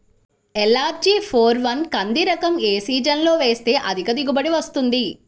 LRG four one కంది రకం ఏ సీజన్లో వేస్తె అధిక దిగుబడి వస్తుంది?